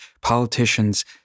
politicians